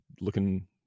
looking